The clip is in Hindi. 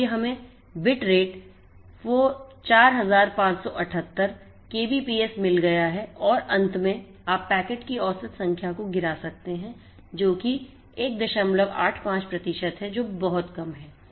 इसलिए हमें बिट रेट 4578 kbps मिल गया है और अंत में आप पैकेट की औसत संख्या को गिरा सकते हैं जो कि 185 प्रतिशत है जो बहुत कम है